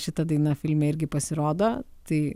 šita daina filme irgi pasirodo tai